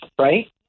Right